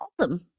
Awesome